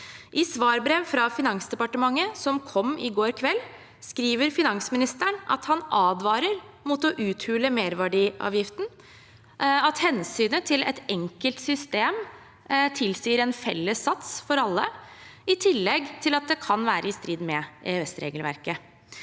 I svarbrevet fra Finansdepartementet som kom i går kveld, skriver finansministeren at han advarer mot å uthule merverdiavgiften, og at hensynet til et enkelt system tilsier en felles sats for alle, i tillegg til at det kan være i strid med EØS-regelverket.